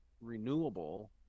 renewable